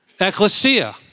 ecclesia